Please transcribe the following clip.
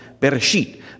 Bereshit